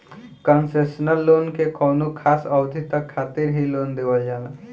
concessional loan में कौनो खास अवधि तक खातिर ही लोन देवल जाला